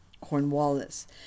Cornwallis